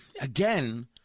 again